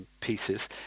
pieces